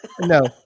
No